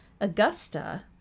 Augusta